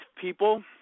People